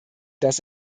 das